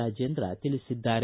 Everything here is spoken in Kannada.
ರಾಜೇಂದ್ರ ತಿಳಿಸಿದ್ದಾರೆ